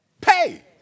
pay